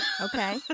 Okay